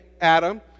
Adam